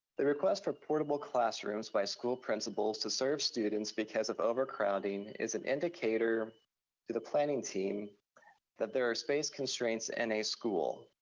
the request for portable classrooms by school principals to serve students because of overcrowding is an indicator to the planning team that there are space constraints in and a school.